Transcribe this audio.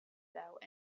though